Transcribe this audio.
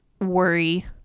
worry